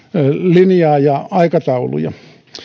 linjaa ja aikatauluja